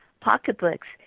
pocketbooks